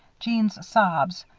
jeanne's sobs,